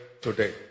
today